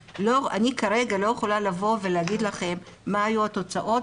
כרגע לא יכולה לבוא ולהגיד לכם מה התוצאות,